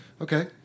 Okay